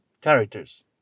Characters